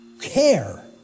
Care